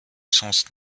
sens